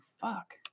fuck